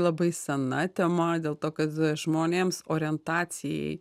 labai sena tema dėl to kad žmonėms orientacijai